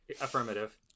Affirmative